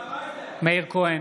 מאיר כהן,